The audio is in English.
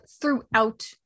throughout